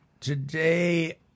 today